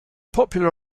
popular